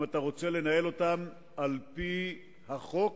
אם אתה רוצה לנהל אותם על-פי החוק